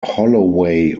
holloway